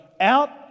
out